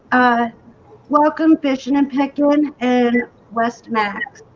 ah welcome fishing and penguin and west mac.